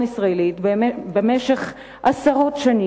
אני רוצה לצטט ממאמר שהיה במוסף השבת של "ידיעות אחרונות",